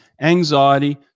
anxiety